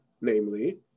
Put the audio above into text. namely